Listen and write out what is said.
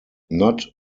not